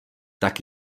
tak